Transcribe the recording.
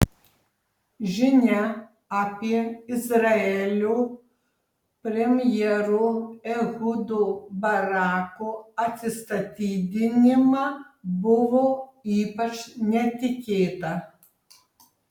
žinia apie izraelio premjero ehudo barako atsistatydinimą buvo ypač netikėta